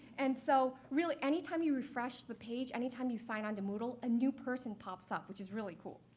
and so really, anytime you refresh the page, anytime you sign on to moodle, a new person pops up, which is really cool.